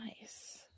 nice